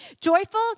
Joyful